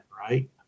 right